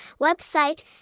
website